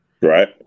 right